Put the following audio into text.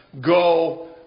go